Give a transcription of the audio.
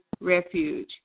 refuge